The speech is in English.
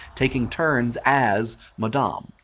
taking turns as madame.